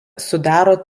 sudaro